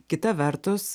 kita vertus